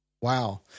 Wow